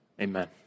Amen